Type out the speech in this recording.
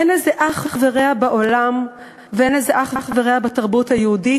אין לזה אח ורע בעולם ואין לזה אח ורע בתרבות היהודית.